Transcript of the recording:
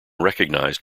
recognized